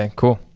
and cool.